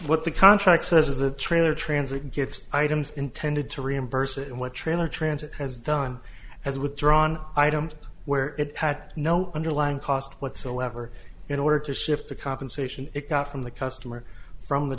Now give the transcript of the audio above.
what the contract says of the trailer transit gets items intended to reimburse and what trailer transit has done has withdrawn items where it had no underlying cost whatsoever in order to shift the compensation it got from the customer from the